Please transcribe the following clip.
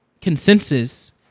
consensus